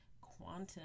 quantum